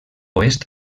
oest